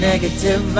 Negative